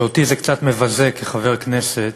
תודה רבה, חברי חברי הכנסת,